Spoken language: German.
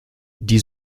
die